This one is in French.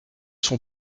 sont